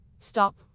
stop